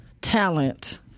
talent